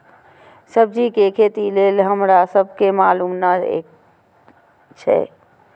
सब्जी के खेती लेल हमरा सब के मालुम न एछ?